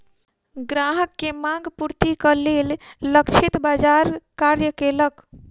ग्राहक के मांग पूर्तिक लेल लक्षित बाजार कार्य केलक